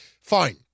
fine